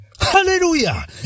hallelujah